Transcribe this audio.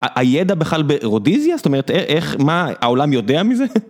הידע בכלל באירודיזיה? זאת אומרת איך, מה, העולם יודע מזה?